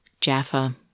Jaffa